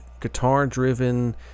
guitar-driven